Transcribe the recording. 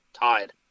tied